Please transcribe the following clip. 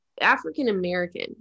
African-American